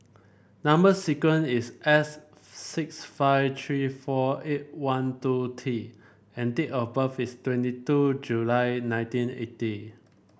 number sequence is S six five three four eight one two T and date of birth is twenty two July nineteen eighty